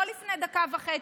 לא לפני דקה וחצי,